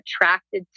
attracted